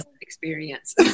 experience